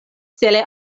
cele